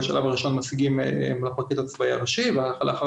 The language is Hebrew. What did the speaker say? בשלב הראשון מסיגים לפרקליט הצבאי הראשי ולאחר